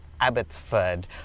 Abbotsford